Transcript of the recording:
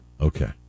okay